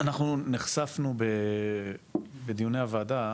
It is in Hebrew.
אנחנו נחשפנו בדיוני הוועדה,